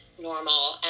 normal